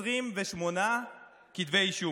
28 כתבי אישום.